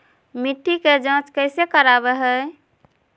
मिट्टी के जांच कैसे करावय है?